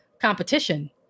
competition